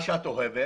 מה שאת אוהבת